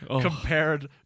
compared